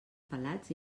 pelats